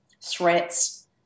threats